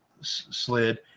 slid